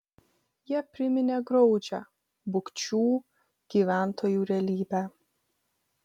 jie priminė graudžią bukčių gyventojų realybę